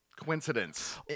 Coincidence